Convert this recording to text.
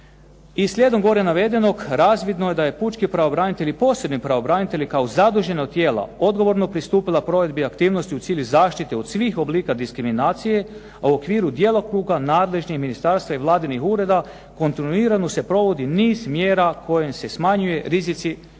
I slijedom gore navedenog, razvidno je da pučki pravobranitelji i posebni pravobranitelji kao zaduženo tijelo odgovorno pristupila provedbi aktivnosti u cilju zaštite od svih oblika diskriminacije, a u okviru djelokruga nadležnih ministarstva i vladinih ureda kontinuirano se provodi niz mjera kojima se smanjuju rizici diskriminacije.